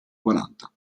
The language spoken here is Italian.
quaranta